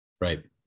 Right